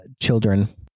children